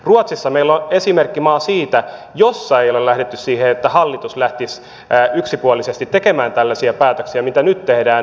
ruotsissa meillä on esimerkkimaa jossa ei ole lähdetty siihen että hallitus lähtisi yksipuolisesti tekemään tällaisia päätöksiä mitä nyt tehdään